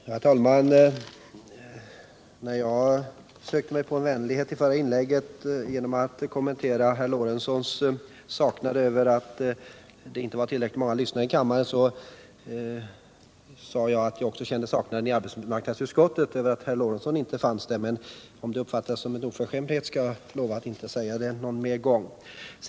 Herr talman! När jag försökte mig på en vänlighet i förra inlägget genom att kommentera Gustav Lorentzons saknad över att det inte var tillräckligt många lyssnare i kammaren sade jag att jag också kände saknad i arbetsmarknadsutskottet över att herr Lorentzon inte fanns där. Men om det uppfattas som oförskämdhet lovar jag att jag inte skall säga det någon mer gång.